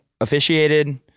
officiated